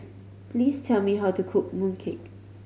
please tell me how to cook mooncake